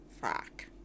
Fuck